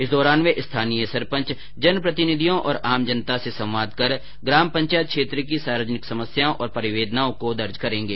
इस दौरान वे स्थानीय सरपंच जन प्रतिनिधियों और आम जनता से संवाद कर ग्राम पंचायत क्षेत्र की सार्वजनिक समस्याओं और परिवेदनाओं को दर्ज करेंगे